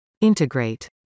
Integrate